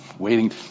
waiting